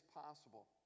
possible